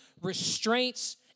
restraints